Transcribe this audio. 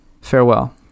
Farewell